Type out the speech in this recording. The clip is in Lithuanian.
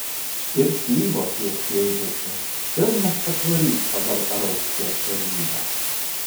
ir slyvos jau skleidžiasi pilnas patvorys pagal rauckio sodybą